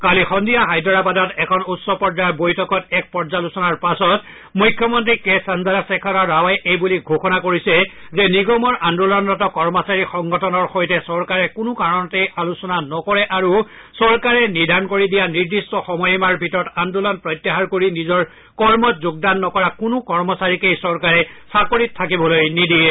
কালি সন্ধিয়া হায়দৰাবাদত এখন উচ্চ পৰ্যায়ৰ বৈঠকত এক পৰ্যালোচনাৰ পাছত মুখ্যমন্ত্ৰী কে চন্দ্ৰশেখৰ ৰাৱে এই বুলি ঘোষণা কৰিছে যে নিগমৰ আন্দোলনৰত কৰ্মচাৰী সংগঠনৰ সৈতে চৰকাৰে কোনো কাৰণতে আলোচনা নকৰে আৰু চৰকাৰে নিৰ্ধাৰণ কৰি দিয়া নিৰ্দিষ্ট সময় সীমাৰ ভিতৰত আন্দোলন প্ৰত্যাহাৰ কৰি নিজৰ কৰ্মত যোগদান নকৰা কোনো কৰ্মচাৰীকে চৰকাৰে চাকৰিত থাকিবলৈ নিদিয়ে